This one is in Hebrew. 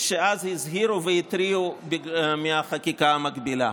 שאז הזהירו והתריעו מהחקיקה המגבילה.